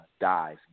dies